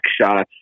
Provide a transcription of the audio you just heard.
shots